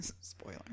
spoiler